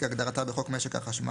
- כהגדרתה בחוק ניירות ערך, התשכ"ח-1968;